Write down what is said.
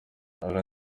aha